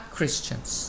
Christians